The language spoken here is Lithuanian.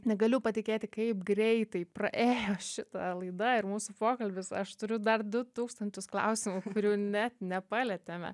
negaliu patikėti kaip greitai praėjo šita laida ir mūsų pokalbis aš turiu dar du tūkstančius klausimų kurių net nepalietėme